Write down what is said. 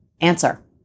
Answer